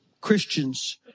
Christians